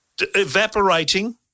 evaporating